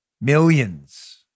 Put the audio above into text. Millions